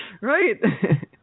Right